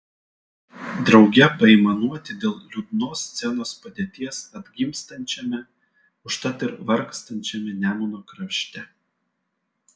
drauge paaimanuoti dėl liūdnos scenos padėties atgimstančiame užtat ir vargstančiame nemuno krašte